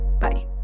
Bye